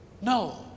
No